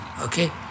Okay